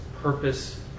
purpose